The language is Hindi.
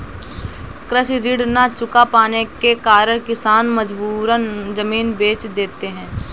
कृषि ऋण न चुका पाने के कारण किसान मजबूरन जमीन बेच देते हैं